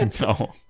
No